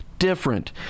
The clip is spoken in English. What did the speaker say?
different